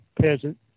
peasant